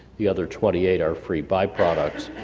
the other twenty eight are free byproducts.